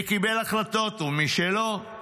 את מי שקיבל החלטות ואת מי שלא.